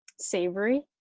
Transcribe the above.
savory